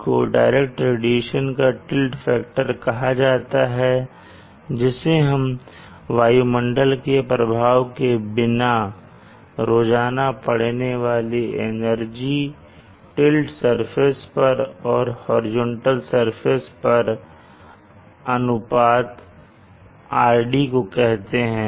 RD को direct radiation का tilt factor कहा जाता है जिसे हम वायुमंडल के प्रभाव के बिना रोजाना पडने वाली एनर्जी टिल्ट सरफेस पर और होरिजेंटल सरफेस पर के अनुपात RD को कहते हैं